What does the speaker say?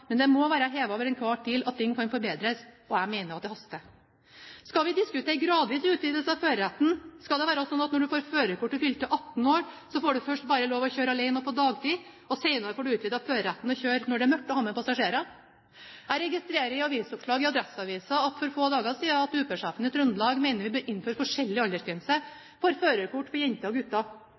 men det må være hevet over enhver tvil at den kan forbedres, og jeg mener at det haster. Skal vi diskutere gradvis utvidelse av førerretten? Skal det være sånn at når du får førerkort ved fylte 18 år, får du først bare lov til å kjøre alene og på dagtid, og senere får du utvidet førerretten til å kjøre når det er mørkt og til å ha med passasjerer? Jeg registrerer i avisoppslag i Adresseavisen for få dager siden at UP-sjefen i Trøndelag mener vi bør innføre forskjellig aldersgrense for førerkort for jenter og gutter.